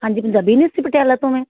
ਹਾਂਜੀ ਪੰਜਾਬੀ ਯੂਨੀਵਰਸਿਟੀ ਪਟਿਆਲਾ ਤੋਂ ਐਂ